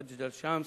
מג'דל-שמס,